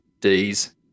Ds